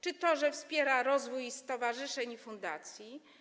Czy to, że wspiera rozwój stowarzyszeń i fundacji?